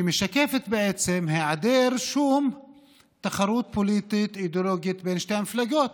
משקפת בעצם היעדר כל תחרות פוליטית אידיאולוגית בין שתי המפלגות: